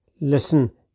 Listen